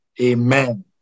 Amen